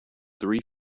three